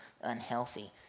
unhealthy